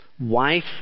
wife